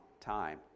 time